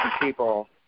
people